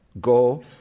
Go